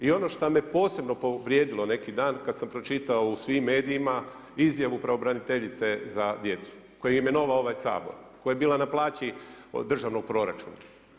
I ono što me posebno povrijedilo neki dan kada sam pročitao u svim medijima izjavu pravobraniteljice za djecu koju je imenovao ovaj Sabor, koja je bila na plaći državnog proračuna.